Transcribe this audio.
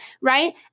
right